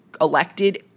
elected